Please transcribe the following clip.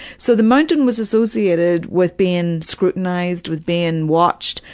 so the mountain was associated with being scrutinized, with being watched,